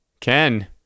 Ken